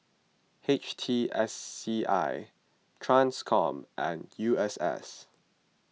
H T S C I Transcom and U S S